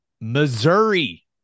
Missouri